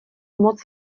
moc